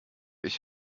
ich